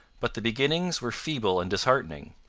but the beginnings were feeble and disheartening.